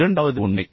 இரண்டாவது உண்மை